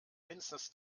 mindestens